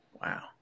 Wow